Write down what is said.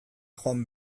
joan